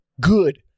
good